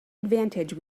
advantage